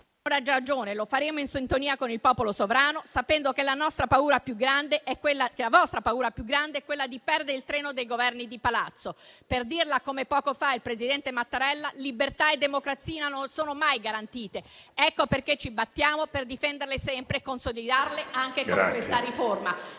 di ogni genere. Lo faremo in sintonia con il popolo sovrano, sapendo che la vostra paura più grande è quella di perdere il treno dei Governi di palazzo. Per dirla come il presidente Mattarella, libertà e democrazia non sono mai garantite. Ecco perché ci battiamo per difenderle sempre e consolidarle, anche con questa riforma.